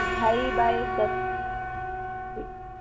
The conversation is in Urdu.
ڈھائی بائی دس فٹ